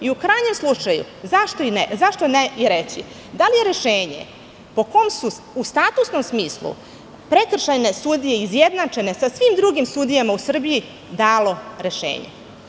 U krajnjem slučaju, zašto ne i reći da li je rešenje po kom su u statusnom smislu prekršajne sudije izjednačene sa svim drugim sudijama u Srbiji dalo rešenje?